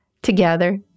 Together